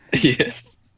Yes